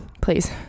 Please